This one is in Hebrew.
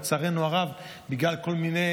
לצערנו הרב, בגלל כל מיני